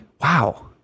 wow